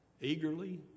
eagerly